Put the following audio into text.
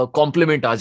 compliment